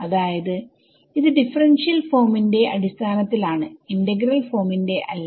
അതായത് ഇത് ഡിഫറെൻഷിയൽ ഫോമിന്റെ അടിസ്ഥാനത്തിൽ ആണ് ഇന്റഗ്രൽ ഫോമിന്റെ അല്ല